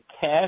cash